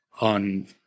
on